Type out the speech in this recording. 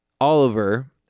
Oliver